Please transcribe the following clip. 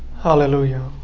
Hallelujah